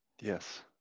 Yes